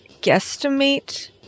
guesstimate